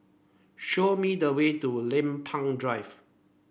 show me the way to Lempeng Drive